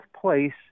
place